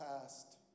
past